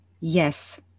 Yes